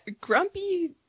grumpy